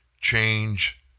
change